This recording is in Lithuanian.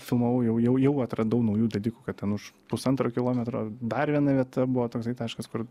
filmavau jau jau jau atradau naujų dalykų kad ten už pusantro kilometro dar viena vieta buvo toksai taškas kur